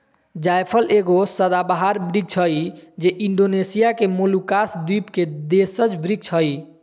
जायफल एगो सदाबहार वृक्ष हइ जे इण्डोनेशिया के मोलुकास द्वीप के देशज वृक्ष हइ